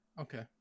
Okay